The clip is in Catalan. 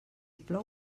plou